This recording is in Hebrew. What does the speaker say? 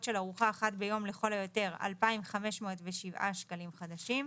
של ארוחה אחת ביום לכל היותר - 2,507 שקלים חדשים.